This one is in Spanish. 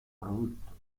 producto